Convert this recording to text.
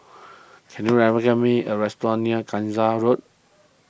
can you recommend me a restaurant near Gangsa Road